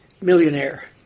millionaire